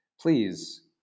please